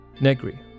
Negri